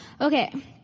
Okay